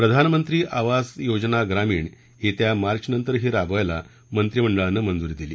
प्रधानमंत्री आवास योजना ग्रामीण येत्या मार्चनंतरही राबवायला मंत्रिमंडळानं मंजुरी दिली